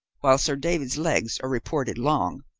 while sir david's legs are reported long,